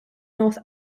north